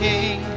King